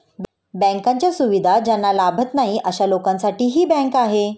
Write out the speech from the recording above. बँकांच्या सुविधा ज्यांना लाभत नाही अशा लोकांसाठी ही बँक आहे